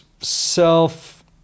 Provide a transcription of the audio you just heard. self